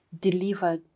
deliver